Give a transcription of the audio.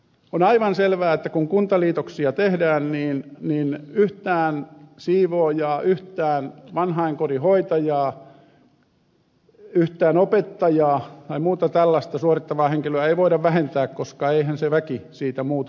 on aivan selvää että kun kuntaliitoksia tehdään niin yhtään siivoojaa yhtään vanhainkodinhoitajaa yhtään opettajaa tai muuta tällaista suorittavaa henkilöä ei voida vähentää koska eihän se väki siitä muutu liitoksen myötä